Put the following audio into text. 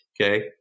Okay